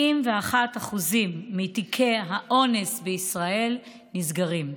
91% מתיקי האונס בישראל נסגרים.